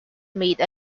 made